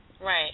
Right